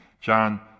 John